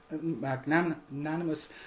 magnanimous